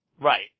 Right